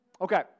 Okay